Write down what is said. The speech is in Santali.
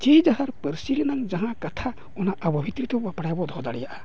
ᱡᱮ ᱡᱟᱦᱟᱨ ᱯᱟᱹᱨᱥᱤ ᱨᱮᱱᱟᱝ ᱡᱟᱦᱟᱸ ᱠᱟᱛᱷᱟ ᱚᱱᱟ ᱟᱵᱚ ᱵᱷᱤᱛᱨᱤ ᱛᱮᱵᱚ ᱵᱟᱯᱲᱟᱭ ᱵᱚ ᱫᱚᱦᱚ ᱫᱟᱲᱮᱭᱟᱜᱼᱟ